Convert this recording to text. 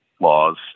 laws